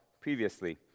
previously